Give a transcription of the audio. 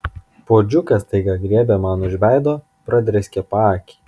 puodžiukas staiga griebė man už veido pradrėskė paakį